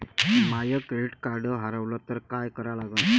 माय credit card हारवलं तर काय करा लागन?